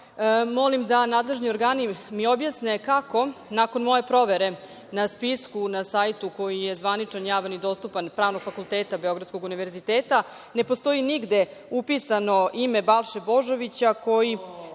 molim da nadležni organi mi objasne kako nakon moje provere na spisku, na sajtu koji je zvaničan, javni, dostupan Pravnog fakulteta Beogradskog univerziteta, ne postoji nigde upisano ime Balše Božovića koji